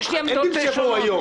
לי יש עמדות שונות.